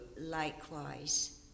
likewise